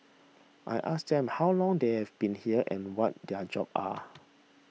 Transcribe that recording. I asked them how long they have been here and what their jobs are